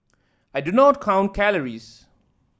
I do not count calories